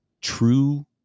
true